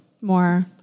more